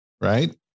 right